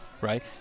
right